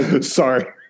Sorry